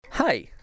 Hi